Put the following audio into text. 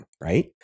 right